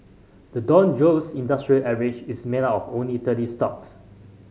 the Dow Jones Industrial Average is made up of only thirty stocks